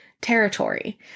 territory